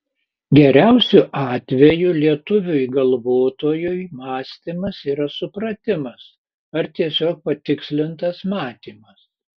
geriausiu atveju lietuviui galvotojui mąstymas yra supratimas ar tiesiog patikslintas matymas